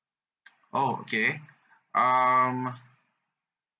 oh okay um